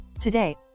Today